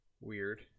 weird